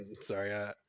Sorry